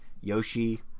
Yoshi